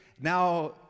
now